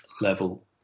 level